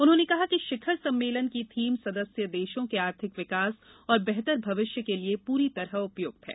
उन्होंने कहा कि शिखर सम्मेलन की थीम सदस्य देशों के आर्थिक विकास और बेहतर भविष्य के लिए पूरी तरह उपयुक्त है